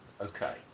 okay